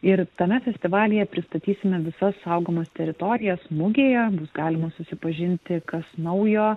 ir tame festivalyje pristatysime visas saugomas teritorijas mugėje bus galima susipažinti kas naujo